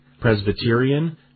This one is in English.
Presbyterian